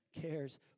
cares